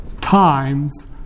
times